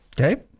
Okay